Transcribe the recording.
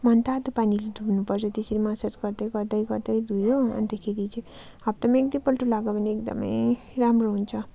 मनतातो पानीले धुनु पर्छ त्यसरी मसाज गर्दै गर्दै गर्दै धोयो अन्तखेरि चाहिँ हप्तामा एक दुई पल्ट लगायो भने एकदम राम्रो हुन्छ